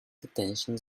detention